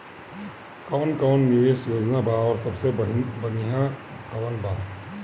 कवन कवन निवेस योजना बा और सबसे बनिहा कवन बा?